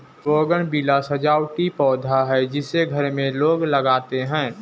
bougainvillea सजावटी पौधा है जिसे घर में लोग लगाते हैं